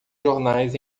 jornais